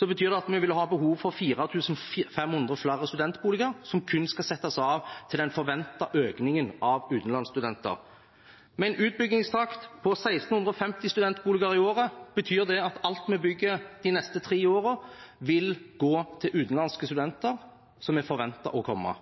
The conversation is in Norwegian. betyr det at vi vil ha behov for 4 500 flere studentboliger som kun skal settes av til den forventede økningen av utenlandsstudenter. Med en utbyggingstakt på 1 650 studentboliger i året betyr det at alt vi bygger de neste tre årene, vil gå til utenlandske studenter som vi forventer vil komme,